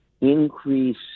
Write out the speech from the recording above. increase